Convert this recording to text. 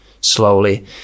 slowly